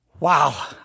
Wow